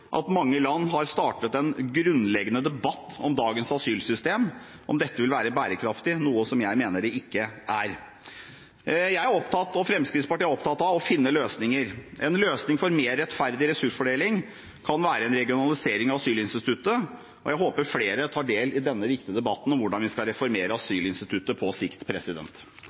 at mange land har startet en grunnleggende debatt om hvorvidt dagens asylsystem vil være bærekraftig, noe jeg mener det ikke er. Fremskrittspartiet er opptatt av å finne løsninger. En løsning for mer rettferdig ressursfordeling kan være en regionalisering av asylinstituttet. Jeg håper flere tar del i denne viktige debatten om hvordan vi skal reformere asylinstituttet på sikt.